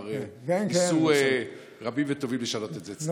כבר ניסו רבים וטובים לשנות את זה אצלי.